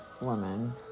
woman